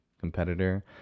competitor